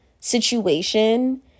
situation